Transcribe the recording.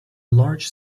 large